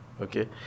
Okay